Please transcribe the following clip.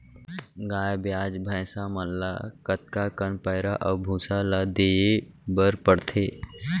गाय ब्याज भैसा मन ल कतका कन पैरा अऊ भूसा ल देये बर पढ़थे?